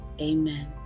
Amen